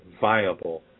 viable